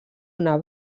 una